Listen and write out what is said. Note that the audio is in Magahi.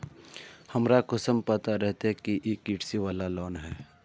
हमरा कुंसम पता रहते की इ कृषि वाला लोन है?